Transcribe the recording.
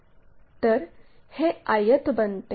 तर हे आयत बनते